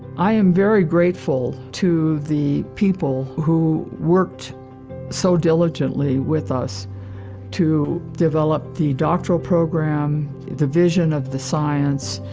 i am very grateful to the people who worked so diligently with us to develop the doctoral program, the vision of the science,